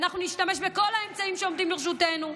אנחנו נשתמש בכל האמצעים שעומדים לרשותנו,